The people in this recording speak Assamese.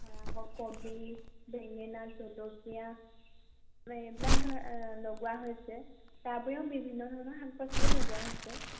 ধৰা হওক কবি বেঙেনা জলকীয়া এইবিলাক ধৰ লগোৱা হৈছে তাৰোপৰিও বিভিন্ন ধৰণৰ শাক পাচলি লগোৱা হৈছে